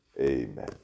Amen